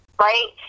right